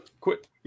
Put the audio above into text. quit